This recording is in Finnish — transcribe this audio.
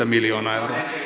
miljoonaa